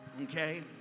Okay